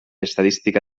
estadística